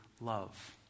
love